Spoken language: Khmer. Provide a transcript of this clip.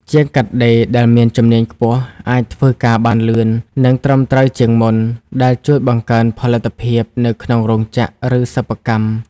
ជាងកាត់ដេរដែលមានជំនាញខ្ពស់អាចធ្វើការបានលឿន និងត្រឹមត្រូវជាងមុន ដែលជួយបង្កើនផលិតភាពនៅក្នុងរោងចក្រ ឬសិប្បកម្ម។